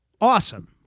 Awesome